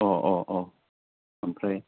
अ अ अ ओमफ्राय